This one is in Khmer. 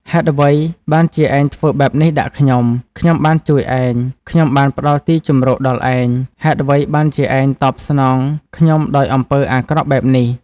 ហេតុអ្វីបានជាឯងធ្វើបែបនេះដាក់ខ្ញុំ? ខ្ញុំបានជួយឯង ខ្ញុំបានផ្តល់ទីជម្រកដល់ឯង ហេតុអ្វីបានជាឯងតបស្នងខ្ញុំដោយអំពើអាក្រក់បែបនេះ?